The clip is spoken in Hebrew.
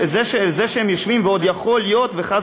זה שהם יושבים ועוד יכול להיות שחס